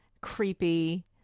creepy